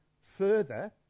further